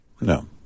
no